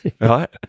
Right